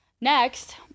Next